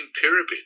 pyramid